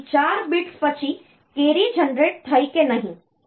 તેથી 4 bits પછી carry generate થઈ કે નહીં